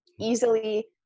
easily